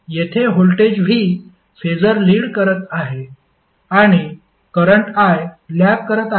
येथे voltage V phasor lead करत आहे आणि करंट I लॅग करत आहे